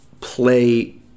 play